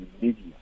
media